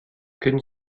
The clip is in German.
können